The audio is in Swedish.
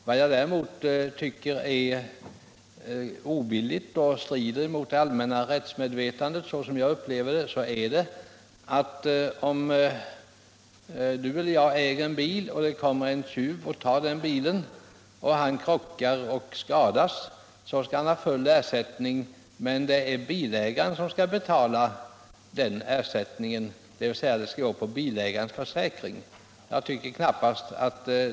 Vad jag däremot tycker är obilligt och stridande mot det allmänna rättsmedvetenadet, såsom jag upplever det, är att den som stjäl en bil, krockar med den och skadas skall ha full ersättning och att den ersättningen skall betalas av bilägaren, dvs. det skall gå på bilägarens försäkring.